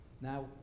Now